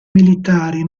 militari